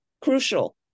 crucial